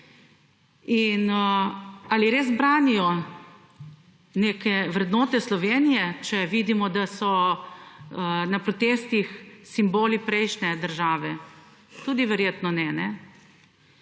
ali res branijo neke vrednote Slovenije, če vidimo, da so na protestih simboli prejšnje države. Tudi verjetno ne.